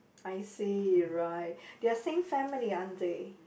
I see right they are same family aren't they